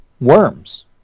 worms